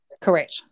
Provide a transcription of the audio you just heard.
correct